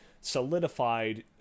solidified